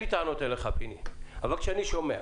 אני שומע